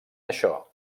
això